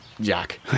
Jack